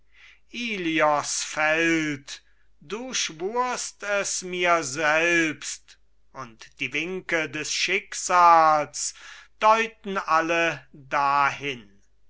ilios fällt du schwurst es mir selbst und die winke des schicksals deuten alle dahin